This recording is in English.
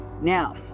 Now